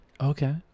Okay